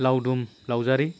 लावदुम लावजारि